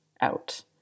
out